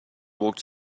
walked